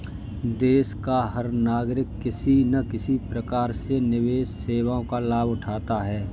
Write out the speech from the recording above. देश का हर नागरिक किसी न किसी प्रकार से निवेश सेवाओं का लाभ उठाता है